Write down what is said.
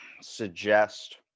suggest